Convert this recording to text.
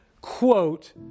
quote